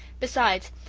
besides,